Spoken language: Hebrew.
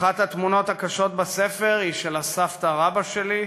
אחת התמונות הקשות בספר היא של סבתא רבתא שלי,